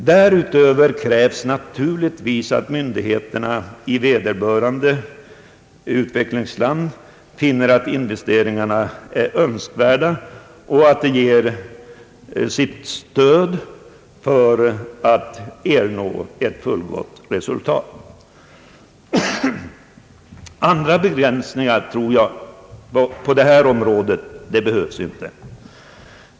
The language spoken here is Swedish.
Därutöver krävs naturligtvis att myndigheterna i vederbörande u-land finner att investeringarna är önskvärda och att man ger sitt stöd till dem för att ernå ett fullgott resultat. Andra begränsningar tror jag inte behövs på detta område.